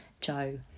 Joe